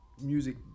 music